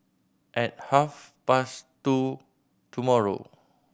at half past two tomorrow